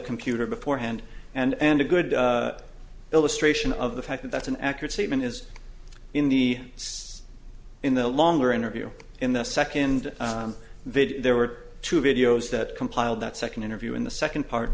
computer beforehand and a good illustration of the fact that that's an accurate statement is in the us in the longer interview in the second video there were two videos that compiled that second interview in the second part